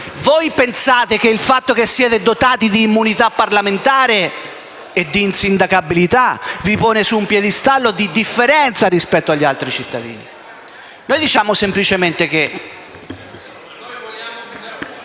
voi pensate che il fatto che siete dotati di immunità parlamentare e di insindacabilità vi pone su un piedistallo di differenza rispetto agli altri cittadini; noi diciamo semplicemente…